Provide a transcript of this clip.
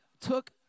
took